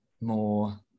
more